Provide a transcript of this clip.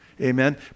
Amen